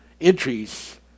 entries